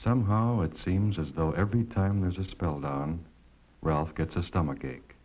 somehow it seems as though every time there's a spell done ralph gets a stomach ache